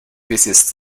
busiest